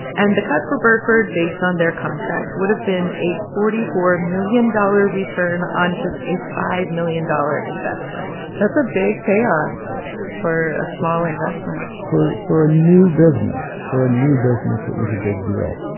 and the cut for burford, based on their contract, would have been a forty four million dollars return on just a five million dollars investment that's a big payoff for a small investment for for a new business. for a new business, it was a big deal.